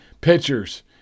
pitchers